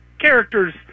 characters